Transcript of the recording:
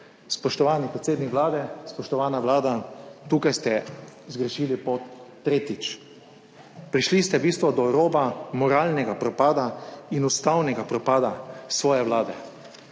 Spoštovani predsednik Vlade, spoštovana vlada, tukaj ste zgrešili pot tretjič. Prišli ste v bistvu do roba moralnega propada in ustavnega propada svoje vlade.